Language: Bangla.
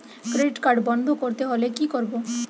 ক্রেডিট কার্ড বন্ধ করতে হলে কি করব?